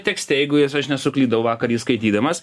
tekste jeigu jis aš nesuklydau vakar jis skaitydamas